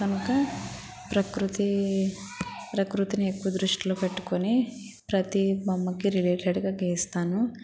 కనుక ప్రకృతి ప్రకృతిని ఎక్కువ దృష్టిలో పెట్టుకొని ప్రతి బొమ్మకి రిలేటెడ్గా గీస్తాను